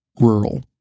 rural